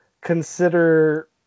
consider